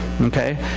okay